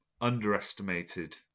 underestimated